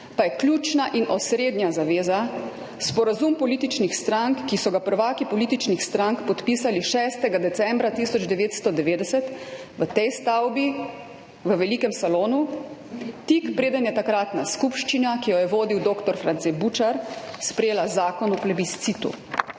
pa je ključna in osrednja zaveza sporazum političnih strank, ki so ga prvaki političnih strank podpisali 6. decembra 1990 v tej stavbi v velikem salonu, tik preden je takratna skupščina, ki jo je vodil dr. France Bučar, sprejela zakon o plebiscitu.